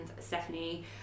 Stephanie